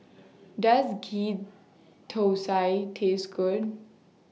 Does Ghee Thosai Taste Good